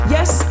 Yes